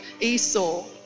Esau